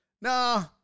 Nah